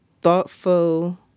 thoughtful